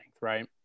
right